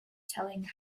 telling